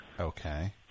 Okay